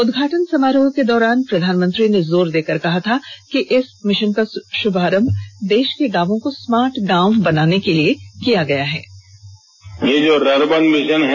उद्वाटन समारोह के दौरान प्रधानमंत्री ने जोर देकर कहा था कि इस मिशन का शुभारम्भ देश के गांवों को स्मार्ट गांव बनाने के लिए किया गया है